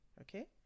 Okay